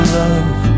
love